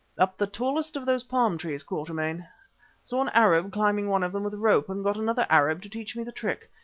up the tallest of those palm trees, quatermain. saw an arab climbing one of them with a rope and got another arab to teach me the trick.